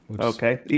Okay